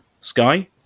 sky